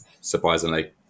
surprisingly